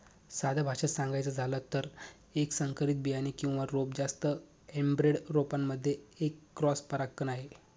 साध्या भाषेत सांगायचं झालं तर, एक संकरित बियाणे किंवा रोप जास्त एनब्रेड रोपांमध्ये एक क्रॉस परागकण आहे